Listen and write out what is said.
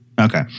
Okay